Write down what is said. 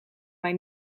mij